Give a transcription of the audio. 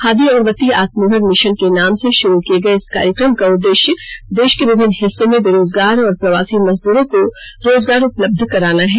खादी अगरबत्ती आत्मनिर्भर मिशन के नाम से शुरू किए गए इस कार्यक्रम का उद्देश्य देश के विभिन्न हिस्सों में बेरोजगार और प्रवासी मजद्रों को रोजगार उपलब्ध कराना है